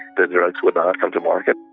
and drugs would not come to market